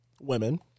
women